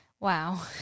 Wow